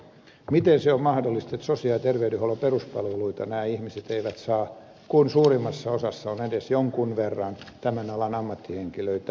miten se on mahdollista että sosiaali ja terveydenhuollon peruspalveluita nämä ihmiset eivät saa kun suurimmassa osassa on edes jonkun verran tämän alan ammattihenkilöitä